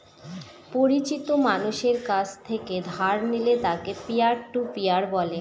পরিচিত মানষের কাছ থেকে ধার নিলে তাকে পিয়ার টু পিয়ার বলে